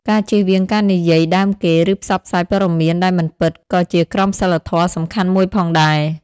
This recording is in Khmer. ការជៀសវាងការនិយាយដើមគេ ឬផ្សព្វផ្សាយព័ត៌មានដែលមិនពិត ក៏ជាក្រមសីលធម៌សំខាន់មួយផងដែរ។